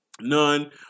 None